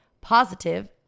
positive